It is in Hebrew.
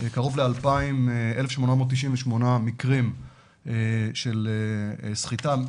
1,898 מקרים של סחיטה.